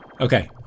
Okay